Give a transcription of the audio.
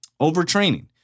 Overtraining